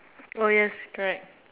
oh yes correct